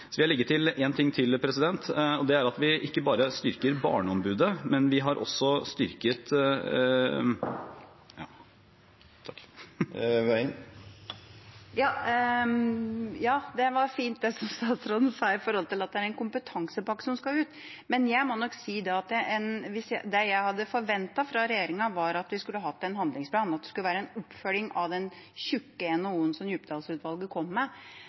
Jeg vil legge til en ting til, og det er at vi ikke bare styrker Barneombudet, men vi har også styrket … Det var fint, det som statsråden sa når det gjaldt kompetansepakken som skal ut, men jeg må nok si at det jeg hadde forventet fra regjeringa, var at vi hadde hatt en handlingsplan, at det skulle vært en oppfølging av den tjukke NOU-en som Djupedal-utvalget kom med. Nå sier statsråden at vi skal ha en kompetansepakke, men: Hva er innholdet i den? Hvem skal være med